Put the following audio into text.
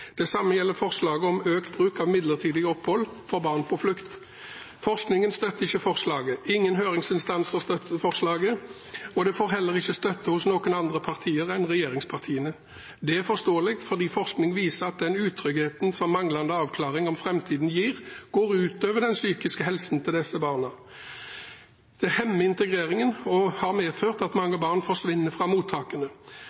Det samme gjelder forslaget om økt bruk av midlertidig opphold for barn på flukt. Forskningen støtter ikke forslaget. Ingen høringsinstanser støtter forslaget, og det får heller ikke støtte hos noen andre partier enn regjeringspartiene. Det er forståelig, fordi forskning viser at den utryggheten som manglende avklaring om framtiden gir, går ut over den psykiske helsen til disse barna. Det hemmer integreringen og har medført at